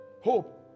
Hope